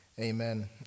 Amen